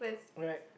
alright